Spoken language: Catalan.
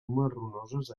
marronoses